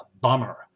bummer